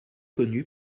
connu